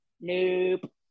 Nope